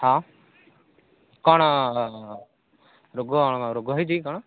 ହଁ କ'ଣ ରୋଗ ରୋଗ ହେଇଛି କି କ'ଣ